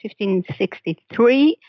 1563